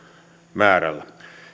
määrällä